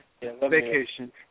vacation